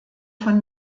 von